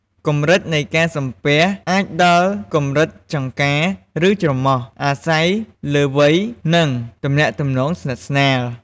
កម្រិតនៃការសំពះអាចដល់កម្រិតចង្កា ឬច្រមុះ អាស្រ័យលើវ័យ និងទំនាក់ទំនងស្និទ្ធស្នាល។